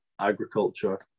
agriculture